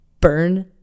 burn